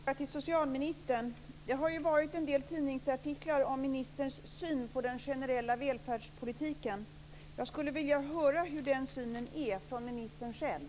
Fru talman! Jag vill ställa en fråga till socialministern. Det har ju varit en del tidningsartiklar om ministerns syn på den generella välfärdspolitiken. Jag skulle vilja höra hur den synen ser ut från ministern själv.